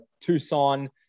Tucson